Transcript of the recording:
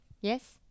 Yes